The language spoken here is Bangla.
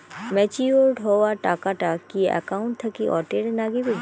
ম্যাচিওরড হওয়া টাকাটা কি একাউন্ট থাকি অটের নাগিবে?